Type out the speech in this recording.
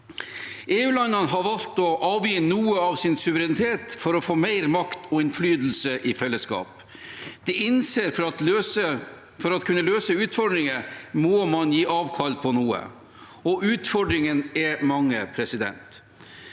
EU-landene har valgt å avgi noe av sin suverenitet for å få mer makt og innflytelse i fellesskap. De innser at for å kunne løse utfordringer må man gi avkall på noe, og utfordringene er mange.